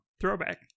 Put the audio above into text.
throwback